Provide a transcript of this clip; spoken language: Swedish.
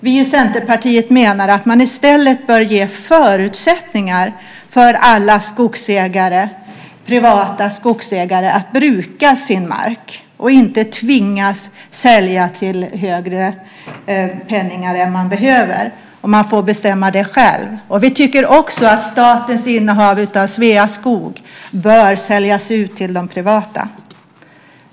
Vi i Centerpartiet menar att alla privata skogsägare i stället bör ges förutsättningar för att bruka sin mark, inte tvingas att sälja till högre penning än vad man behöver, och man bör få bestämma det själv. Vi tycker också att statens innehav av Sveaskog bör säljas ut till de privata.